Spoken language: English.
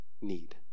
need